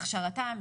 הכשרתם,